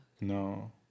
no